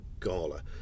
Gala